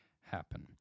happen